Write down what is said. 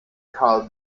carl